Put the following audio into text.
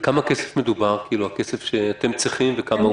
על כמה כסף מדובר, הכסף שאתם צריכים, וכמה הוקצה?